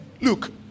look